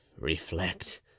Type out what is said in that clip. Reflect